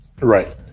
Right